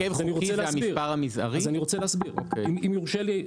אז אני רוצה להסביר אם יורשה לי,